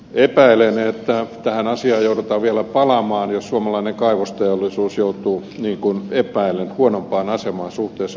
epäilen että tähän asiaan joudutaan vielä palaamaan jos suomalainen kaivosteollisuus joutuu niin kuin epäilen huonompaan asemaan suhteessa ulkolaisiin yhtiöihin